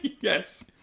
Yes